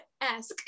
ask